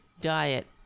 diet